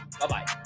Bye-bye